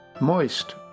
Moist